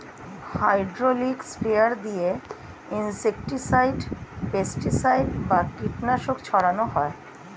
hydraulic sprayer দিয়ে insecticide, pesticide বা কীটনাশক ছড়ান হয়